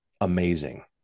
amazing